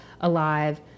alive